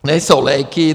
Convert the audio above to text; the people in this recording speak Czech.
Nejsou léky.